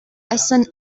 essen